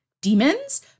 demons